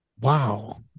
wow